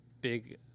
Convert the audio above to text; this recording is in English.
big